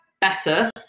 Better